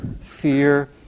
fear